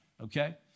okay